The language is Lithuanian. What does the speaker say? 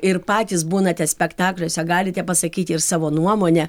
ir patys būnate spektakliuose galite pasakyti ir savo nuomonę